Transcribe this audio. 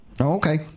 Okay